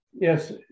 yes